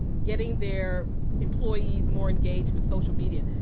getting their employees more engaged with social media.